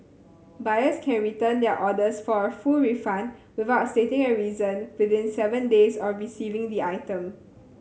buyers can return their orders for a full refund without stating a reason within seven days of receiving the item